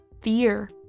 fear